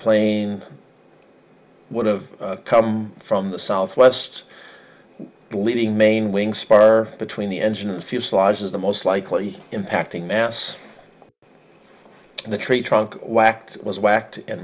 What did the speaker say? plane would have come from the southwest leaving main wing spar between the engine and fuselage is the most likely impacting mass in the tree trunk whacked was whacked and